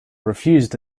refused